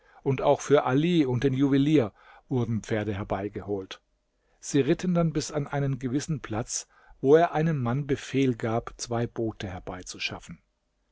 und auch für ali und den juwelier wurden pferde herbeigeholt sie ritten dann bis an einen gewissen platz wo er einem mann befehl gab zwei boote herbeizuschaffen